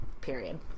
Period